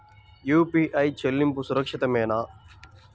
UPI చెల్లింపు సురక్షితమేనా?